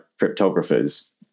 cryptographers